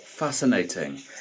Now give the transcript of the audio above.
Fascinating